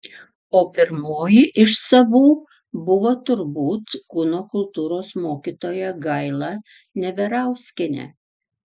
o pirmoji iš savų buvo turbūt kūno kultūros mokytoja gaila neverauskienė